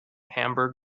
hamburg